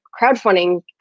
crowdfunding